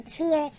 fear